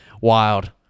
Wild